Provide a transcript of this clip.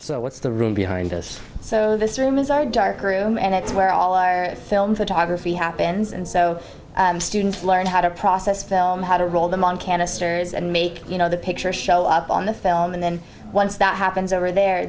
so what's the room behind so this room is our dark room and that's where all our film photography happens and so students learn how to process film how to roll them on canisters and make you know the pictures show up on the film and then once that happens over there